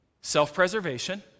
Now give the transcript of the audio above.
self-preservation